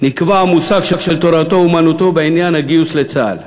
נקבע המושג תורתו-אומנותו בעניין הגיוס לצה"ל.